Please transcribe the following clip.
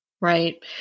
right